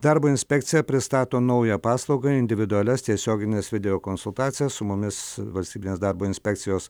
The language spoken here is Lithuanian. darbo inspekcija pristato naują paslaugą individualias tiesiogines video konsultacijas su mumis valstybinės darbo inspekcijos